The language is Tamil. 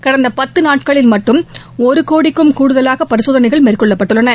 கடந்த பத்து நாட்களில் மட்டும் ஒரு கோடிக்கும் கூடுதவாக பரிசோதனைகள் மேற்கொள்ளப்பட்டுள்ளன